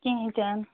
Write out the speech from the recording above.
کِہیٖنٛۍ تہِ نہٕ